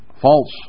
False